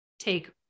take